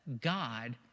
God